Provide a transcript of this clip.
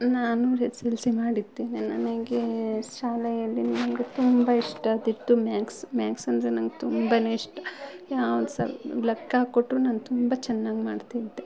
ನಾನು S L C ಮಾಡಿದ್ದೇನೆ ನನಗೆ ಶಾಲೆಯಲ್ಲಿ ನಂಗೆ ತುಂಬ ಇಷ್ಟಾತಿತ್ತು ಮ್ಯಾಕ್ಸ್ ಮ್ಯಾಕ್ಸಂದರೆ ನಂಗೆ ತುಂಬ ಇಷ್ಟ ಯಾವುದ್ಸ ಲೆಕ್ಕ ಕೊಟ್ಟರು ನಾನು ತುಂಬ ಚೆನ್ನಾಗ್ ಮಾಡ್ತಿದ್ದೆ